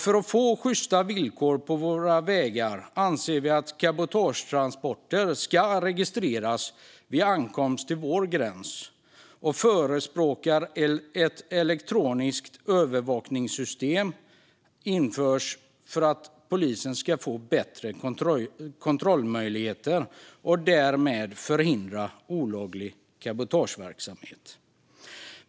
För att åstadkomma detta anser vi att cabotagetransporter ska registreras vid ankomst till vår gräns och förespråkar att ett elektroniskt övervakningssystem införs för att förbättra polisens kontrollmöjligheter och därmed förhindra olaglig cabotageverksamhet.